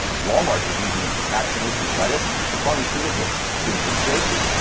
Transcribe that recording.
walmart is using it to track things from lettuce to pharmaceuticals to improve safety.